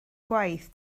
gwaith